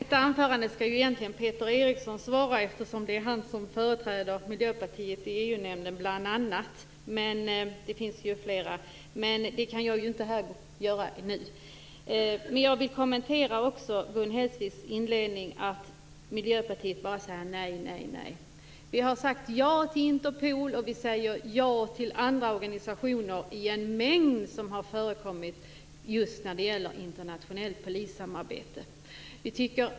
Herr talman! På detta anförande skall egentligen Peter Eriksson svara, eftersom det är bl.a. han som företräder Miljöpartiet i EU-nämnden. Jag kan inte svara här och nu. Jag vill också kommentera Gun Hellsviks inledning. Hon säger att Miljöpartiet bara säger nej och åter nej. Vi har sagt ja till Interpol, och vi säger ja till andra organisationer som har förekommit just när det gällt internationellt polissamarbete.